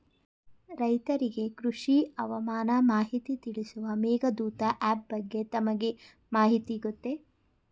ರೈತರಿಗೆ ಕೃಷಿ ಹವಾಮಾನ ಮಾಹಿತಿ ತಿಳಿಸುವ ಮೇಘದೂತ ಆಪ್ ಬಗ್ಗೆ ತಮಗೆ ಮಾಹಿತಿ ಗೊತ್ತೇ?